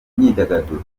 myidagaduro